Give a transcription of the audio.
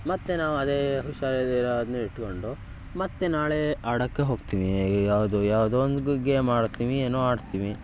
ಮತ್ತು ನಾವು ಅದೇ ಹುಷಾರಿಲ್ದಿರೋದ್ನೆ ಇಟ್ಕೊಂಡು ಮತ್ತೆ ನಾಳೆ ಆಡೋಕ್ಕೆ ಹೋಗ್ತೀವಿ ಯಾವುದು ಯಾವುದೋ ಒಂದು ಗೇಮ್ ಆಡ್ತೀವಿ ಏನೋ ಆಡ್ತೀವಿ